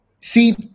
See